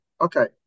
Okay